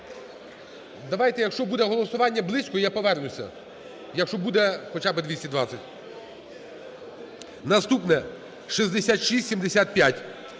Давайте, якщо буде голосування близько, я повернуся. Якщо буде хоча би 220. Наступне: 6675.